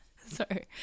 Sorry